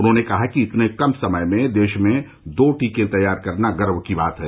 उन्होंने कहा कि इतने कम समय में देश में दो टीके तैयार करना गर्व की बात है